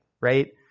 right